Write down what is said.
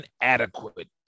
inadequate